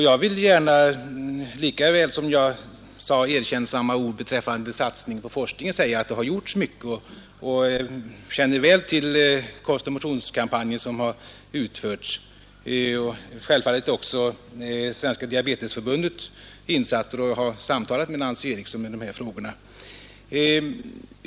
Jag vill gärna lika väl som jag sade erkännsamma ord beträffande satsningen på forskningen framhålla — Utbyggnaden av att mycket har gjorts och att jag väl känner till den kostoch Marvikens kraftmotionskampanj som genomförs liksom självfallet också Svenska diabe = Station tesförbundets insatser. Jag har också samtalat med Nancy Eriksson i dessa frågor.